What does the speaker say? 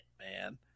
man